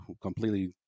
completely